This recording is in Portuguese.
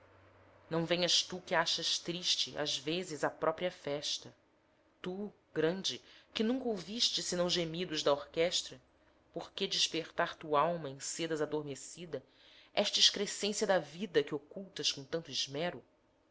não venhas tu que achas triste às vezes a própria festa tu grande que nunca ouviste senão gemidos da orquestra por que despertar tu'alma em sedas adormecida esta excrescência da vida que ocultas com tanto esmero